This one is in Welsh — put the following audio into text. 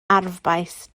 arfbais